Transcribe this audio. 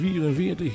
44